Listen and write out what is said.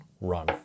run